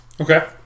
Okay